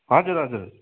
हजुर हजुर